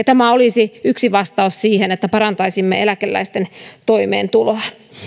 tämä olisi yksi vastaus siihen miten parantaisimme eläkeläisten toimeentuloa